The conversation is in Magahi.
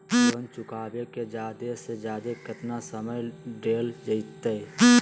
लोन चुकाबे के जादे से जादे केतना समय डेल जयते?